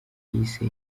yise